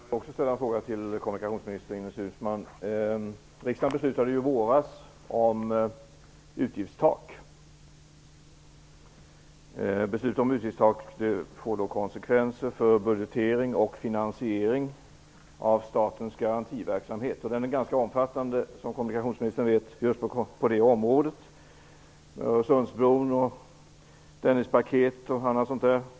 Fru talman! Jag vill också ställa en fråga till kommunikationsminister Ines Uusmann. Riksdagen beslutade ju i våras om utgiftstak. Beslutet om utgiftstak får konsekvenser för budgetering och finansiering av statens garantiverksamhet. Den är ganska omfattande just på kommunikationsområdet, som kommunikationsministern vet - Öresundsbron, Dennispaketet och allt sådant.